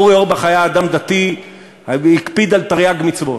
אורי אורבך היה אדם דתי והקפיד על תרי"ג מצוות.